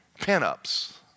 pin-ups